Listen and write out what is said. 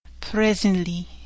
Presently